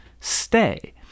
stay